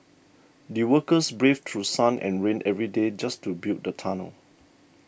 the workers braved through sun and rain every day just to build the tunnel